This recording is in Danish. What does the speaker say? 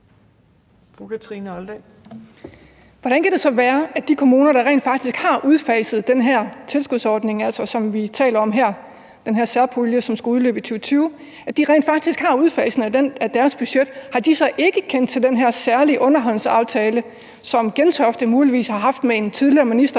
Hvordan kan det så være, at de kommuner, der rent faktisk har udfaset den her tilskudsordning – altså det, som vi taler om her, den her særpulje, som skal udløbe i 2020 – så har udfaset den af deres budget? Har de så ikke kendt til den her særlige underhåndsaftale, som Gentofte muligvis har haft med en tidligere minister